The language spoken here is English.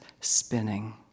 spinning